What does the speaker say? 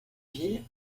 villes